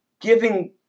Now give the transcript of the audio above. giving